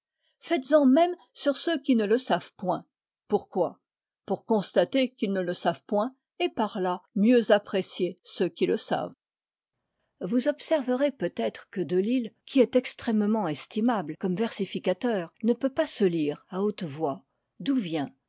faites-en même sur ceux qui ne le savent point pourquoi pour constater qu'ils ne le savent point et par là mieux apprécier ceux qui le savent vous observerez peut-être que delille qui est extrêmement estimable comme versificateur ne peut pas se lire à haute voix d'où vient